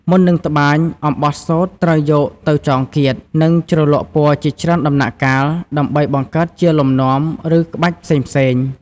មុននឹងត្បាញ អំបោះសូត្រត្រូវយកទៅចងគាត និងជ្រលក់ពណ៌ជាច្រើនដំណាក់កាល ដើម្បីបង្កើតជាលំនាំ ឬក្បាច់ផ្សេងៗ។